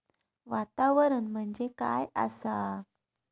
वातावरण म्हणजे काय आसा?